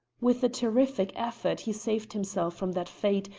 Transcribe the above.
with a terrific effort he saved himself from that fate,